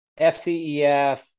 FCEF